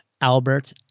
Albert